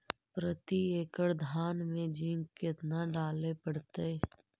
प्रती एकड़ धान मे जिंक कतना डाले पड़ताई?